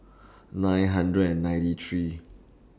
nine hundred and ninety three